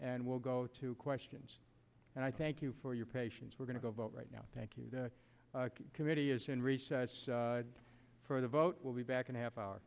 and we'll go to questions and i thank you for your patience we're going to go vote right now thank you the committee is in recess for the vote will be back in a half hour